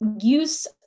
use